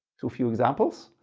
too few examples?